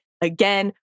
again